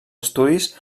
estudis